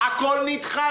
הכול נדחה.